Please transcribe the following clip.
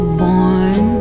born